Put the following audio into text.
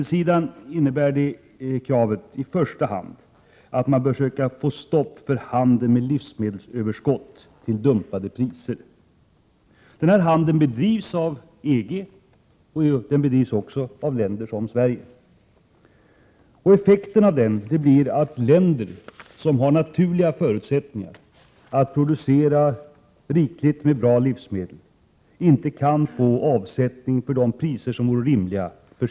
Ett krav är att man i första hand bör försöka få stopp för handel med livsmedelsöverskott till dumpade priser. Sådan handel bedrivs av EG och även av ett land som Sverige. Effekten blir att länder som har naturliga förutsättningar att producera rikligt med bra livsmedel inte kan få avsättning för produkterna till rimliga priser.